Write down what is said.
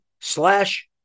slash